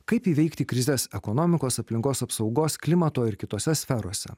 kaip įveikti krizes ekonomikos aplinkos apsaugos klimato ir kitose sferose